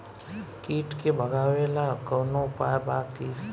कीट के भगावेला कवनो उपाय बा की?